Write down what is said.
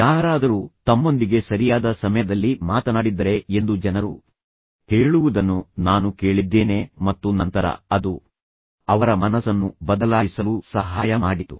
ಯಾರಾದರೂ ತಮ್ಮೊಂದಿಗೆ ಸರಿಯಾದ ಸಮಯದಲ್ಲಿ ಮಾತನಾಡಿದ್ದಾರೆ ಎಂದು ಜನರು ಹೇಳುವುದನ್ನು ನಾನು ಕೇಳಿದ್ದೇನೆ ಮತ್ತು ನಂತರ ಅದು ಅವರ ಮನಸ್ಸನ್ನು ಬದಲಾಯಿಸಲು ಸಹಾಯ ಮಾಡಿತು